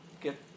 get